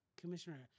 Commissioner